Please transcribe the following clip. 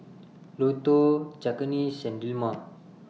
Lotto Cakenis and Dilmah